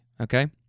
okay